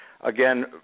again